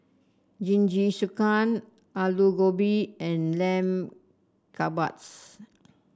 Jingisukan Alu Gobi and Lamb Kebabs